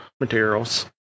materials